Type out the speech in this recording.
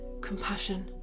compassion